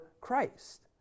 Christ